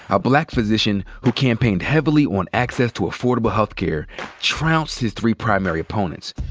a black physician who campaigned heavily on access to affordable health care trounced his three primary opponents.